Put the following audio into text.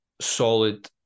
solid